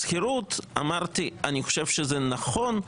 השכירות אמרתי שאני חושב שזה נכון,